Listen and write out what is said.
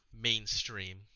mainstream